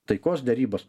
taikos derybos